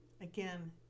Again